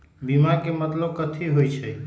बीमा के मतलब कथी होई छई?